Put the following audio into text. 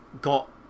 got